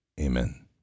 Amen